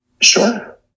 sure